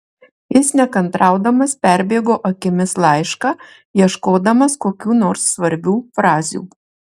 jis nekantraudamas perbėgo akimis laišką ieškodamas kokių nors svarbių frazių